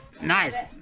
Nice